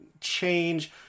change